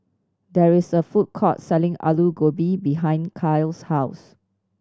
there is a food court selling Alu Gobi behind Kyle's house